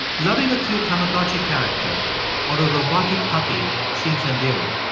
loving a cute tamagotchi character or a robotic puppy seems endearing,